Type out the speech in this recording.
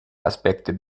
aspekte